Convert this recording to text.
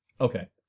Okay